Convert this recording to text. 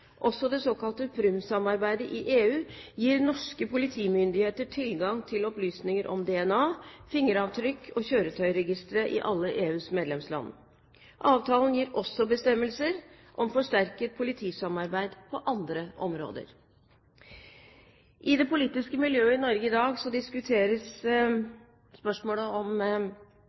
Også det såkalte Prüm-samarbeidet i EU gir norske politimyndigheter tilgang til opplysninger om DNA, fingeravtrykk og kjøretøyregistre i alle EUs medlemsland. Avtalen gir også bestemmelser om forsterket politisamarbeid på andre områder. I det politiske miljøet i Norge i dag diskuteres spørsmålet om